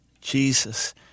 Jesus